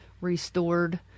restored